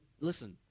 listen